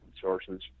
sources